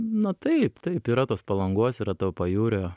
na taip taip yra tos palangos yra to pajūrio